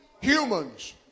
Humans